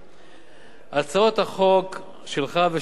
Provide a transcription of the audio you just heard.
הצעות החוק שלך ושל חבר הכנסת שלמה מולה